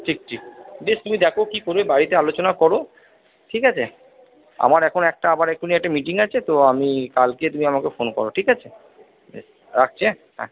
ঠিক ঠিক বেশ তুমি দেখো কি করবে বাড়িতে আলোচনা করো ঠিক আছে আমার এখন একটা আবার এক্ষুণি একটা মিটিং আছে তো আমি কালকে তুমি আমাকে ফোন করো ঠিক আছে রাখছি হ্যাঁ হ্যাঁ